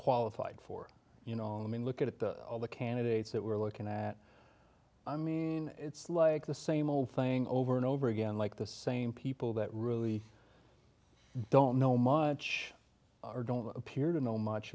qualified for you know i mean look at all the candidates that we're looking at i mean it's like the same old thing over and over again like the same people that really don't know much don't appear to know much